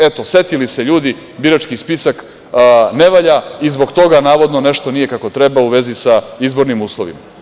Eto, setili se ljudi, birački spisak ne valja i zbog toga navodno nešto nije kako treba u vezi sa izbornim uslovima.